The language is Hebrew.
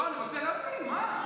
לא, אני רוצה להבין, מה?